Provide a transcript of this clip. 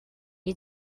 you